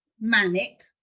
manic